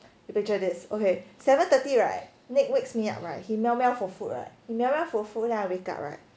you picture this okay seven thirty right nick wakes me up right he meow meow for food right he meow meow for food right then I wake up right